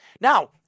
Now